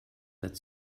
that